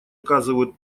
оказывают